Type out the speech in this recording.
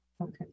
Okay